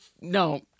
No